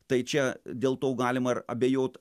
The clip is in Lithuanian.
tai čia dėl to galima ir abejot